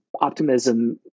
optimism